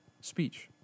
speech